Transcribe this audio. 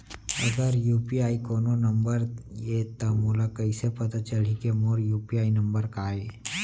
अगर यू.पी.आई कोनो नंबर ये त मोला कइसे पता चलही कि मोर यू.पी.आई नंबर का ये?